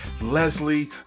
Leslie